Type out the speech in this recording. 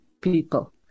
people